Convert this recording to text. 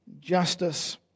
Justice